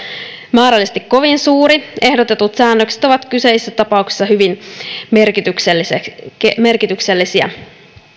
määrällisesti kovin suuri ehdotetut säännökset ovat kyseisissä tapauksissa hyvin merkityksellisiä merkityksellisiä